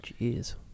Jeez